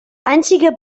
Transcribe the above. einzige